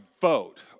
vote